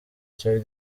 cyari